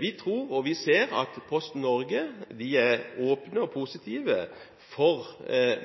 Vi tror og ser at Posten Norge er åpne og positive for